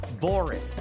boring